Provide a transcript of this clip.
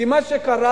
כי מה שקרה,